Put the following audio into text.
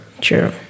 true